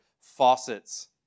faucets